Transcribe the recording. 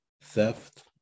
theft